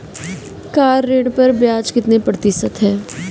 Car ऋण पर ब्याज कितने प्रतिशत है?